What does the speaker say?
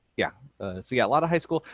yeah a so yeah lot of high school,